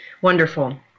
wonderful